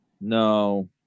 No